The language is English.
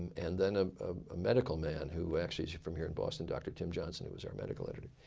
and then a ah medical man who actually is from here in boston, dr. tim johnson who was our medical editor.